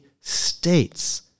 states